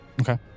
Okay